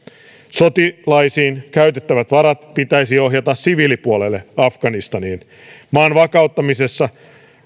sotilaisiin käytettävät varat pitäisi ohjata siviilipuolelle afganistaniin maan vakauttamisessa